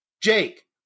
Jake